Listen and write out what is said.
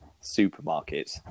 supermarket